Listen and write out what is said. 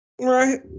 Right